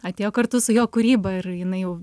atėjo kartu su jo kūryba ir jinai jau